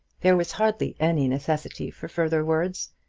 there was hardly any necessity for further words.